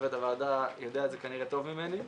צוות הוועדה יודע את זה כנראה טוב ממני.